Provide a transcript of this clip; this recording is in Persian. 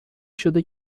شده